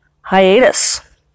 hiatus